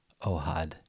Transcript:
Ohad